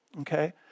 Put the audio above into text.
okay